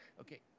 Okay